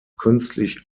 künstlich